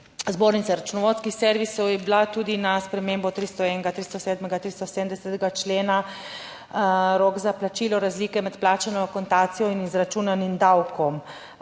zbornice računovodskih servisov je bila tudi na spremembo 301., 307., 370. člena, rok za plačilo razlike med plačano akontacijo in izračunanim davkom